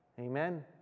amen